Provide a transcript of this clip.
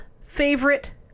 favorite